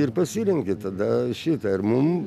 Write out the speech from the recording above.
ir pasirenki tada šitą ir mum